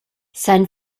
sein